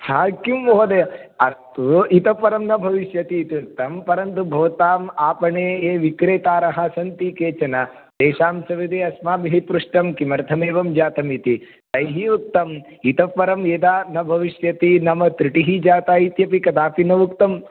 किं महोदय अस्तु इतः परं न भविष्यति इति उक्तं परन्तु भवताम् आपणे ये विक्रेतारः सन्ति केचन तेषां सविधे अस्माभिः पृष्टं किमर्थमेवं जातम् इति तैः उक्तम् इतः परं यदा न भविष्यति नाम त्रुटिः जाता इति कदापि न उक्तम्